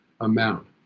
amount